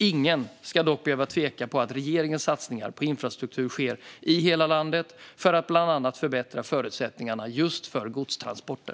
Ingen ska dock behöva tvivla på att regeringens satsningar på infrastruktur sker i hela landet för att bland annat förbättra förutsättningarna för just godstransporter.